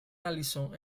allison